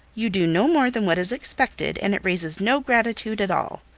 you do no more than what is expected, and it raises no gratitude at all.